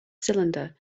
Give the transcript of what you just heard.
cylinder